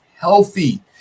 healthy